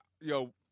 yo